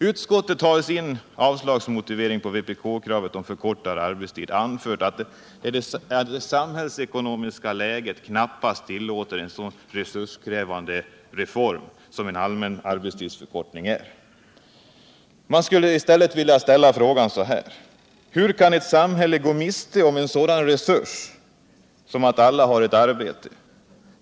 Utskottet har i sin avslagsmotivering på vpk-kravet om förkortad arbetstid anfört att det samhällsekonomiska läget knappast tillåter en så resurskrävande reform som en allmän arbetstidsförkortning är. Jag skulle i stället vilja ställa frågan så här: Hur kan ett samhälle avvara en sådan resurs som att alla har ett arbete?